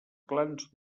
clans